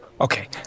Okay